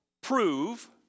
prove